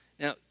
Now